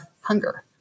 hunger